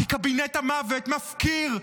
כי קבינט המוות מפקיר,